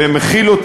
ומחילים